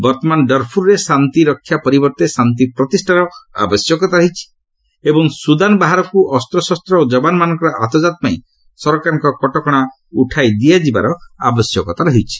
ବର୍ଭମାନ ଡରଫୁରରେ ଶାନ୍ତି ରକ୍ଷା ପରିବର୍ତ୍ତେ ଶାନ୍ତି ପ୍ରତିଷ୍ଠାର ଆବଶ୍ୟକତା ରହିଛି ଏବଂ ସୁଦାନ ବାହାରକୁ ଅସ୍ତ୍ରଶସ୍ତ ଓ ଜବାନ ମାନଙ୍କର ଆତଯାତ ପାଇଁ ସରକାରଙ୍କ କଟକଣା ଉଠାଇ ଦିଆଯିବାର ଆବଶ୍ୟକତା ରହିଛି